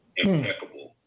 impeccable